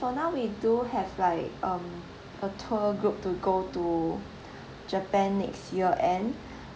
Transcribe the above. for now we do have like um a tour group to go to japan next year end